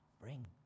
bring